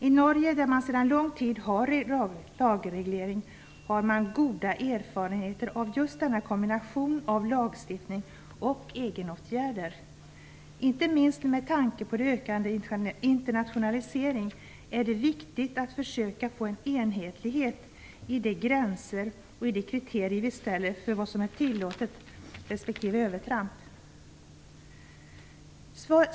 I Norge där man sedan lång tid har lagreglering har man goda erfarenheter av just denna kombination av lagstiftning och egenåtgärder. Inte minst med tanke på en ökad internationalisering är det viktigt att försöka få en enhetlighet i de gränser och kriterier vi ställer för vad som är tillåtet respektive övertramp.